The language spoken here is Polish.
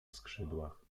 skrzydłach